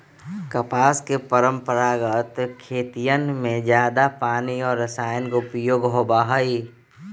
कपास के परंपरागत खेतियन में जादा पानी और रसायन के उपयोग होबा हई